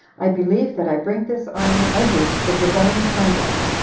i believe that i bring this army under the divine conduct,